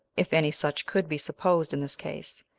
if any such could be supposed in this case,